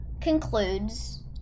concludes